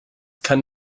kann